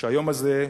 שהיום הזה,